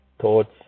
thoughts